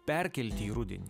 perkelti į rudenį